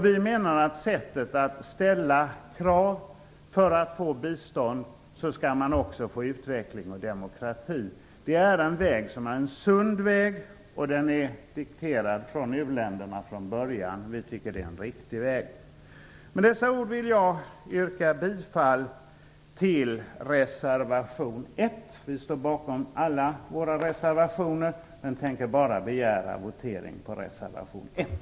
Vi menar att man skall ställa krav. För att få bistånd skall man också få utveckling och demokrati. Det är en sund väg, och den är dikterad från u-länderna från början. Vi tycker att det är en riktig väg. Med dessa ord vill jag yrka bifall till reservation 1. Vi står bakom alla våra reservationer, men tänker bara begära votering på reservation 1.